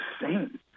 insane